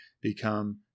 become